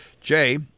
jay